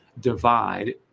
divide